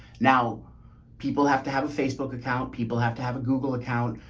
now people have to have a facebook account. people have to have a google account.